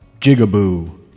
jigaboo